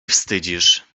wstydzisz